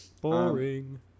Boring